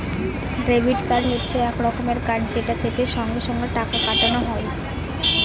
debit card হচ্ছে এক রকমের কার্ড যেটা থেকে সঙ্গে সঙ্গে টাকা কাটানো যায়